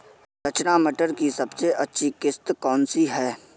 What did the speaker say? रचना मटर की सबसे अच्छी किश्त कौन सी है?